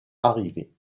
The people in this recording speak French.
arrivée